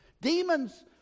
Demons